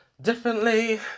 differently